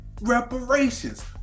reparations